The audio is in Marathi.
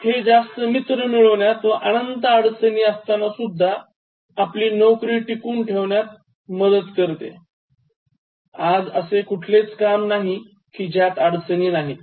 हे जास्त मित्र मिळवण्यात व अनंत अडचणी असताना सुद्धा आपली नोकरी टिकवून ठेवण्यात मदत करते आज असे कुठलेच काम नाही कि ज्यात अडचणी नाहीत